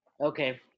Okay